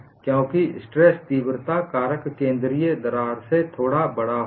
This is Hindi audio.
क्योंकि स्ट्रेस तीव्रता कारक केंद्रीय दरार से थोड़ा बड़ा होगा